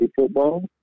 football